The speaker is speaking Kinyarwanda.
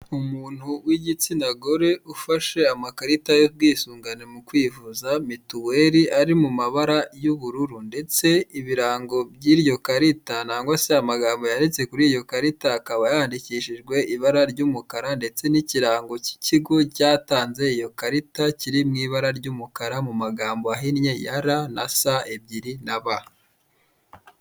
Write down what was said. Umuntu w'igitsina gore ufashe amakarita y'ubwisungane mu kwivuza mituweri ari mu mabara y'ubururu, ndetse ibirango by'iyo karita nagwa se amagambo yanditse kuri iyo karita akaba yandikishijwe ibara ry'umukara ndetse n'ikirango k'ikigo cyatanze iyo karita kiri mu ibara ry'umukara mu magambo ahinnye ya ra na sa ebyiri na ba.